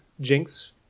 Jinx